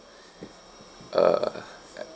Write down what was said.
uh